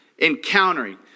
encountering